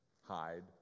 hide